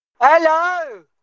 Hello